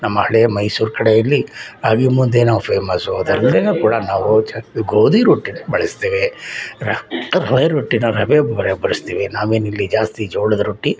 ನಮ್ಮ ಹಳೆ ಮೈಸೂರು ಕಡೆಯಲ್ಲಿ ಅವಿ ಮುಂದೆಯೂ ಫೇಮಸ್ಸು ಅದು ಅಲ್ಲದೇನು ಕೂಡ ನಾವು ಚ ಗೋಧಿ ರೊಟ್ಟಿ ಬಳಸ್ತೇವೆ ರವೆ ರೊಟ್ಟಿನ ರವೆ ನಾವೇನು ಇಲ್ಲಿ ಜಾಸ್ತಿ ಜೋಳದ ರೊಟ್ಟಿ